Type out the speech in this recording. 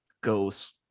goes